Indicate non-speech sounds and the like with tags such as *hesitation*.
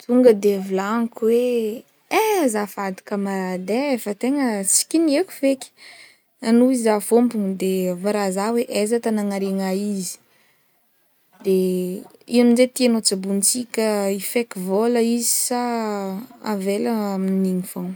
Tonga de volagniko hoe: eh azafady kamarady tsy nikinihako feky, noho zaho fômpogny, de ambarao zaho aiza tagny agnariana izy, de *hesitation* i amzay tiagnao tsaboantsika, efaiko vôla izy sa avela amin'igny fogna.